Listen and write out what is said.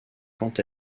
quant